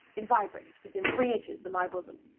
it vibrated within three inches of my bosom!